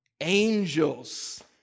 Angels